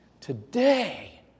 Today